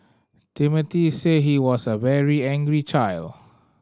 Timothy said he was a very angry child